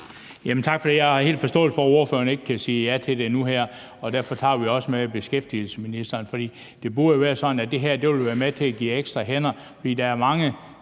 tak for det. Jeg har helt forståelse for, at ordføreren ikke kan sige ja til det nu her, og derfor tager vi det også med beskæftigelsesministeren. For det burde jo være sådan, at det her ville være med til at give ekstra hænder.